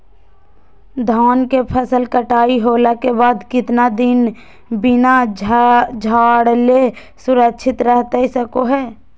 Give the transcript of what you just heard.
धान के फसल कटाई होला के बाद कितना दिन बिना झाड़ले सुरक्षित रहतई सको हय?